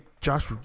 Josh